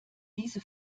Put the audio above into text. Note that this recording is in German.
diese